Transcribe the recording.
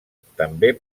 també